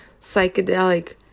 psychedelic